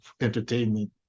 entertainment